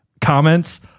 comments